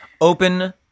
Open